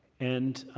and